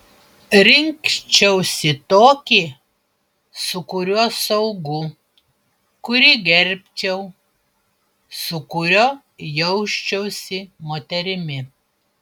rinkčiausi tokį su kuriuo saugu kurį gerbčiau su kuriuo jausčiausi moterimi